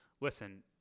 Listen